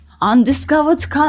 undiscovered